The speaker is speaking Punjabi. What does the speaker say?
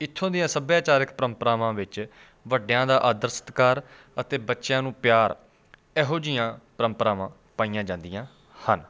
ਇਥੋਂ ਦੀਆਂ ਸੱਭਿਆਚਾਰਕ ਪਰੰਪਰਾਵਾਂ ਵਿੱਚ ਵੱਡਿਆਂ ਦਾ ਆਦਰ ਸਤਿਕਾਰ ਅਤੇ ਬੱਚਿਆਂ ਨੂੰ ਪਿਆਰ ਇਹੋ ਜਿਹੀਆਂ ਪਰੰਪਰਾਵਾਂ ਪਾਈਆਂ ਜਾਂਦੀਆਂ ਹਨ